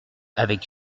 avec